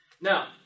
Now